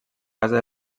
casa